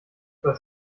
was